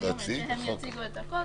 הם יציגו את הכול